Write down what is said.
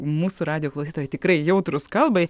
mūsų radijo klausytojai tikrai jautrūs kalbai